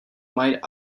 might